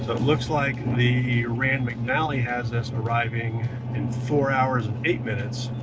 it looks like the rand mcnally has us arriving in four hours and eight minutes,